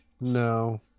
No